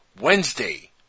Wednesday